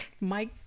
Mike